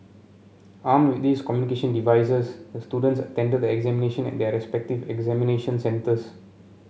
armed with these communication devices the students attended the examination at their respective examination centres